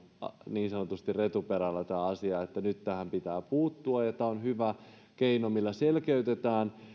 niin sanotusti retuperällä nyt tähän pitää puuttua ja tämä on hyvä keino millä selkeytetään